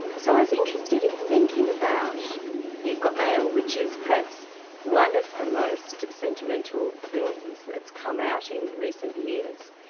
so i was interested in thinking about you've got mail, which is perhaps one of the most sentimental films that's come out in recent years,